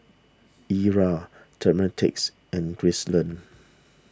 Eura Demetric and Gracelyn